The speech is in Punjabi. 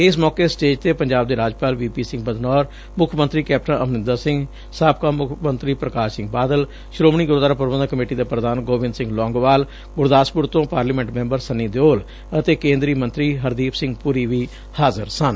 ਇਸ ਮੌਕੇ ਸਟੇਜ ਤੇ ਪੰਜਾਬ ਦੇ ਰਾਜਪਾਲ ਵੀ ਪੀ ਸਿੰਘ ਬਦਨੌਰ ਮੁੱਖ ਮੰਤਰੀ ਕੈਪਟਨ ਅਮਰਿੰਦਰ ਸਿੰਘ ਸਾਬਕਾ ਮੁੱਖ ਮੰਤਰੀ ਪ੍ਰਕਾਸ਼ ਸਿੰਘ ਬਾਦਲ ਸ੍ਰੋਮਣੀ ਗੁਰਦੁਆਰਾ ਪੂਬੰਧਕ ਕਮੇਟੀ ਦੇ ਪ੍ਰਧਾਨ ਗੋਬਿੰਦ ਸਿੰਘ ਲੌਂਗੋਵਾਲ ਗੁਰਦਾਸਪੁਰ ਤੋਂ ਪਾਰਲੀਮਾਨੀ ਮੈਂਬਰ ਸੰਨੀ ਦਿਓਲ ਅਤੇ ਕੇਂਦਰੀ ਮੰਤਰੀ ਹਰਦੀਪ ਸਿੰਘ ਪੁਰੀ ਵੀ ਹਾਜ਼ਰ ਸਨ